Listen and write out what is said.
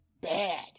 bad